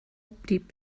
blieb